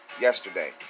yesterday